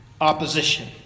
opposition